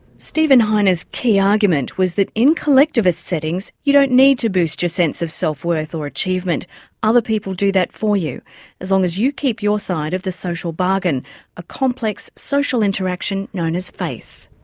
steven heine's key argument was that in collectivist settings you don't need to boost your sense of self-worth or achievement other people do that for you as long as you keep your side of the social bargain a complex social interaction known as face.